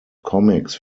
comics